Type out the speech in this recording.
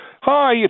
Hi